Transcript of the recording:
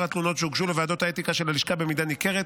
התלונות שהוגשו לוועדות האתיקה של הלשכה במידה ניכרת,